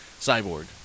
cyborg